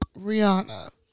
Rihanna